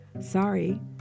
Sorry